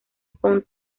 upon